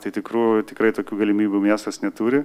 tai tikrų tikrai tokių galimybių miestas neturi